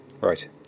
Right